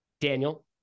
Daniel